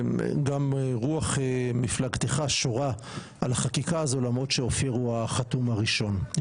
גם רוח מפלגתך שורה על החקיקה הזאת למרות שאופיר הוא החתום הראשון,